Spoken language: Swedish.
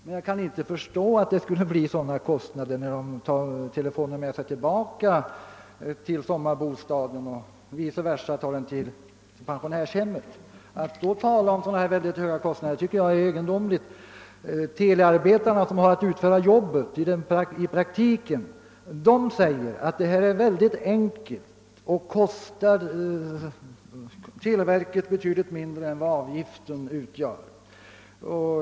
Jag kan däremot inte förstå att det skulle bli sådana kostnader när de tar telefonen med sig tillbaka till sommarbostaden och sedan åter tar den till pensionärshemmet. Att då tala om höga kostnader tycker jag är egendomligt. Telearbetarna, som har att utföra arbetet i praktiken, säger att det är mycket enkelt och kostar televerket betydligt mindre än vad avgiften ger.